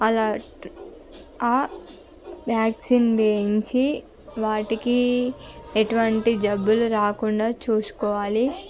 అలా వ్యాక్సిన్ వేయించి వాటికి ఎటువంటి జబ్బులు రాకుండా చూసుకోవాలి